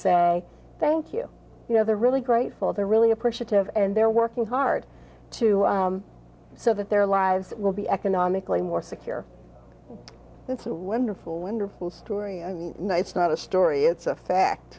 say thank you you know they're really grateful they're really appreciative and they're working hard to so that their lives will be economically more secure that's a wonderful wonderful story i mean no it's not a story it's a fact